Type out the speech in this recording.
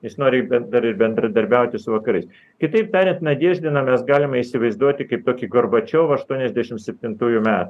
jis nori ben dar ir bendradarbiauti su vakarais kitaip tariant nadeždiną mes galime įsivaizduoti kaip tokį gorbačiovą aštuoniasdešimt septintųjų metų